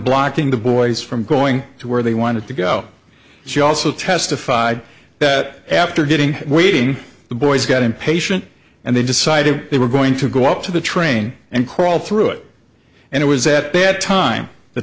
blocking the boys from going to where they wanted to go she also testified that after getting waiting the boys got impatient and they decided they were going to go up to the train and crawl through it and it was that bad time the